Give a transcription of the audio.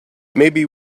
maybe